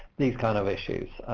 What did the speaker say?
these kind of issues.